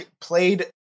played